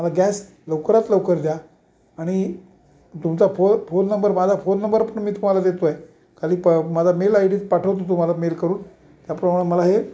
मला गॅस लवकरात लवकर द्या आणि तुमचा फो फोन नंबर माझा फोन नंबर पण मी तुम्हाला देतोय खाली प माझा मेल आय डी पाठवतो तुम्हाला मेल करून त्याप्रमाण मला हे